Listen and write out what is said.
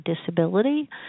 disability